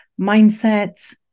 mindset